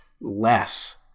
less